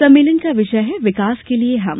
सम्मेलन का विषय है विकास के लिए हम